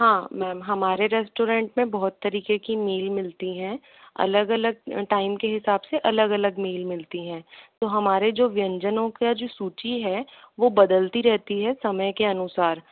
हाँ मैम हमारे रेस्टोरेंट में बहुत तरीके की मील मिलती हैं अलग अलग टाइम के हिसाब से अलग अलग मील मिलती हैं तो हमारे जो व्यंजनों का जो सूची है वो बदलती रहती है समय के अनुसार